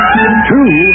Two